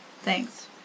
Thanks